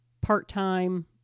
part-time